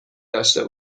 داشته